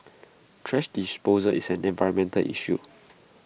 thrash disposal is an environmental issue